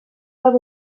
del